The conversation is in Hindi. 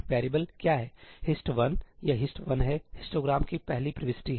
वैरिएबल क्या है HIST 1 यह HIST 1 है हिस्टोग्राम की पहली प्रविष्टि है